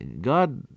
God